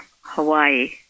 Hawaii